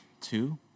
two